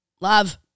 love